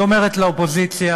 היא אומרת לאופוזיציה: